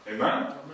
Amen